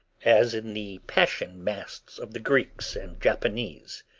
as in the passion masks of the greeks and japanese.